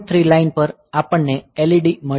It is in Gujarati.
3 લાઇન પર આપણને LED મળી છે